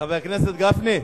חבר הכנסת גפני,